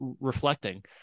reflecting